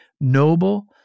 noble